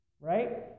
right